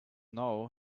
now